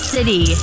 City